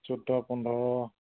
চৈধ্য় পোন্ধৰ